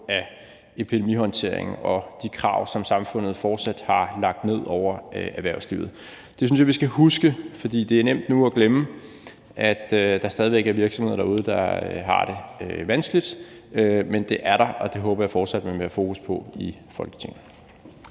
af epidemihåndteringen og de krav, som samfundet fortsat har lagt ned over erhvervslivet. Det synes jeg vi skal huske, for det er nemt nu at glemme, at der stadig væk er virksomheder derude, der har det vanskeligt, men det er der, og det håber jeg fortsat at man vil have fokus på i Folketinget.